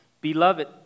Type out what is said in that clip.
beloved